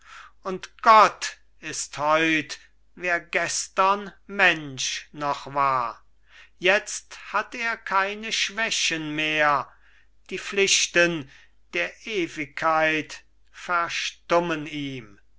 und gott ist heut wer gestern mensch noch war jetzt hat er keine schwächen mehr die pflichten der ewigkeit verstummen ihm